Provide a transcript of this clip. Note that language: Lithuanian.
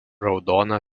raudona